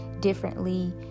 differently